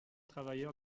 travailleur